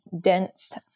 dense